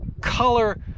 color